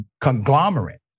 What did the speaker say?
conglomerate